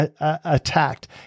attacked